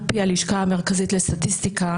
על פי הלשכה המרכזית לסטטיסטיקה,